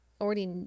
already